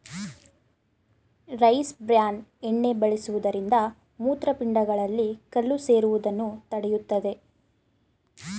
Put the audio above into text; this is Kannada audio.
ರೈಸ್ ಬ್ರ್ಯಾನ್ ಎಣ್ಣೆ ಬಳಸುವುದರಿಂದ ಮೂತ್ರಪಿಂಡಗಳಲ್ಲಿ ಕಲ್ಲು ಸೇರುವುದನ್ನು ತಡೆಯುತ್ತದೆ